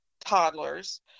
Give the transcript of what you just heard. toddlers